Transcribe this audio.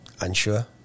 unsure